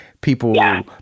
People